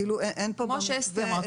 כמו שאסתי אמרה,